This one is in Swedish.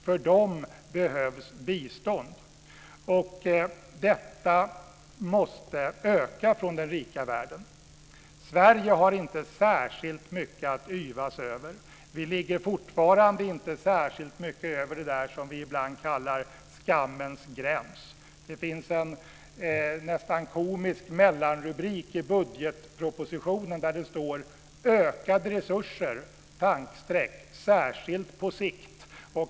För dem behövs bistånd. Detta måste öka från den rika världen. Sverige har inte särskilt mycket att yvas över. Vi ligger fortfarande inte särskilt mycket över det vi ibland kallar för skammens gräns. Det finns en nästan komisk mellanrubrik i budgetpropositionen, nämligen "Ökade resurser - särskilt på sikt".